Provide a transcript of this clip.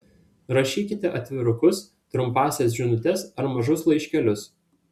rašykite atvirukus trumpąsias žinutes ar mažus laiškelius